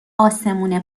آسمون